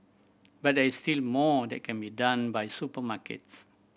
but there is still more that can be done by supermarkets